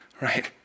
right